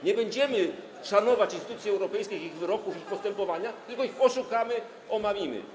Nie będziemy szanować instytucji europejskich, ich wyroków i postępowania, tylko ich oszukamy, omamimy.